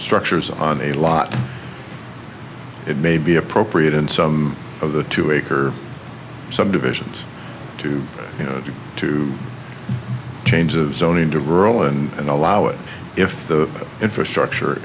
structures on a lot it may be appropriate in some of the two acre subdivisions to you know to change of zoning to rural and allow it if the infrastructure